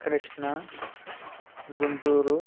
Krishna Guntur